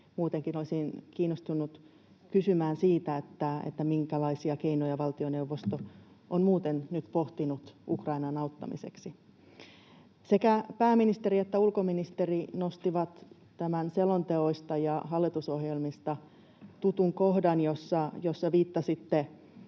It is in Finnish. olisin kiinnostunut kysymään siitä, minkälaisia keinoja valtioneuvosto on muuten nyt pohtinut Ukrainan auttamiseksi. Sekä pääministeri että ulkoministeri nostivat esiin tämän selonteoista ja hallitusohjelmista tutun kohdan, jossa viittasitte